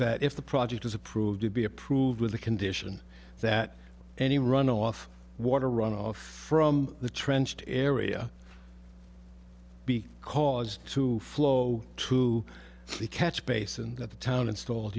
that if the project is approved to be approved with the condition that any runoff water runoff from the trench to area because to flow to the catch basin that the town installed